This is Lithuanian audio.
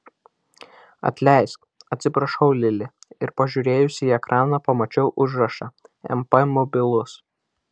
atleisk atsiprašiau lili ir pažiūrėjusi į ekraną pamačiau užrašą mp mobilus